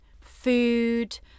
food